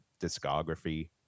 discography